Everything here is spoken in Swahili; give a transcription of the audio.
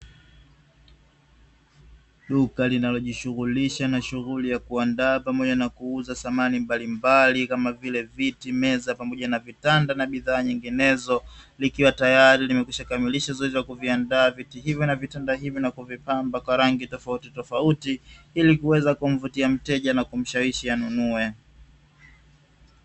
Duka linalojishughulisha na shughuli ya kuandaa pamoja na kuuza samani mbalimbali, kama vile viti, meza pamoja na vitanda na bidhaa nyinginezo, likiwa tayari limekwishakamilika zoezi la kuandaa viti hivyo, na vitanda hivyo na kuvipamba kwa rangi tofautitofauti ili kuweza kumvutia mteja na kumshawishi anunue.